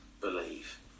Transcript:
believe